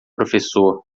professor